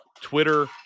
Twitter